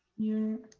you